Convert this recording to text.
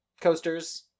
coasters